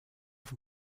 von